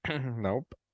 nope